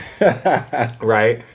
right